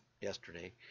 yesterday